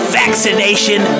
vaccination